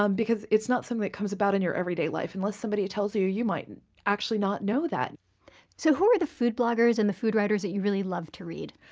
um because it's not something that comes about in your everyday life. unless somebody tells you, you might actually not know that so who are the food bloggers and the food writers you really love to read?